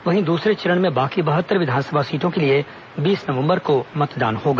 वहीं दूसरे चरण में बाकी बहत्तर विधानसभा सीटों के लिए बीस नवम्बर को मतदान होगा